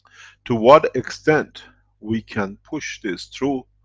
to what extent we can push this through,